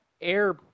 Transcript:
air